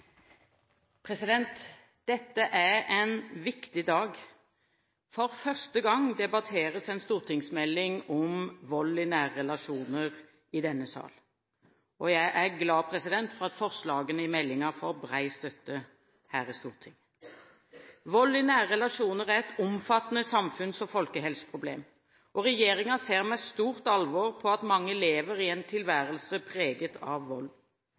en viktig dag. For første gang debatteres en stortingsmelding om vold i nære relasjoner i denne sal, og jeg er glad for at forslagene i meldingen får bred støtte her i Stortinget. Vold i nære relasjoner er et omfattende samfunns- og folkehelseproblem. Regjeringen ser med stort alvor på at mange lever i en tilværelse preget av vold. Med denne meldingen til Stortinget legger regjeringen opp til å gi arbeidet mot vold